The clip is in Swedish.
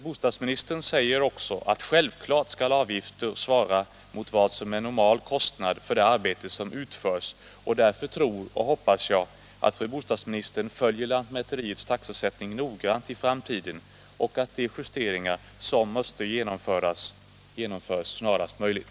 I sitt svar anför fru bostadsministern: ”Självklart skall emellertid avgiften svara mot vad som är normal kostnad för det arbete som utförts.” Därför tror och hoppas jag att fru bostadsministern följer lantmäteriets taxesättning noggrant i framtiden och att de justeringar som måste genomföras sker snarast möjligt.